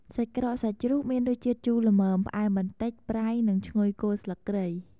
សាច់ក្រកសាច់ជ្រូក មានរសជាតិជូរល្មម ផ្អែមបន្តិច ប្រៃ និងឈ្ងុយគល់ស្លឹកគ្រៃ។